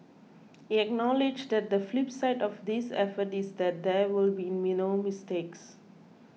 he acknowledged that the flip side of this effort is that there will be mistakes